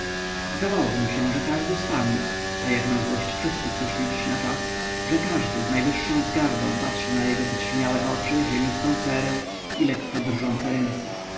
zdawało mu się że każdy z panów a jak na złość wszyscy przyszli dziś na czas że każdy z najwyższą wzgardą patrzy na jego podsiniałe oczy ziemistą cerę i lekko drżące ręce